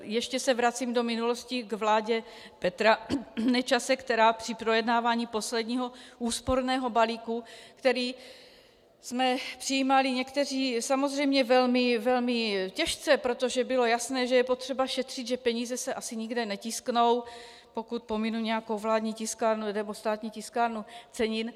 Ještě se vracím do minulosti k vládě Petra Nečase, která při projednávání posledního úsporného balíku, který jsme přijímali někteří samozřejmě velmi těžce, protože bylo jasné, že je potřeba šetřit, že peníze se asi nikde netisknou, pokud pominu nějakou vládní tiskárnu nebo Státní tiskárnu cenin...